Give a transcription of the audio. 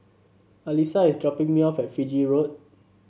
Alysa is dropping me off at Fiji Road